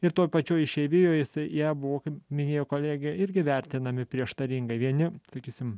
ir toj pačioj išeivijoj jisai jie buvo kaip minėjo kolegė irgi vertinami prieštaringai vieni sakysim